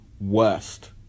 worst